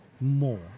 more